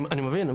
אני מבין.